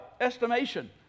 estimation